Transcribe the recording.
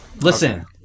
Listen